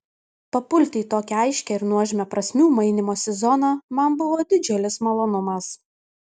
papulti į tokią aiškią ir nuožmią prasmių mainymosi zoną man buvo didžiulis malonumas